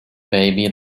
baby